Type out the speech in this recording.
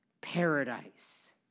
paradise